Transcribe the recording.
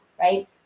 right